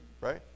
Right